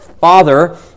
father